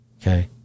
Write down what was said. Okay